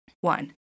one